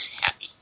happy